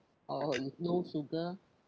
or with no sugar